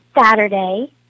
Saturday